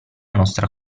nostra